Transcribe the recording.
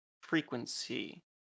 frequency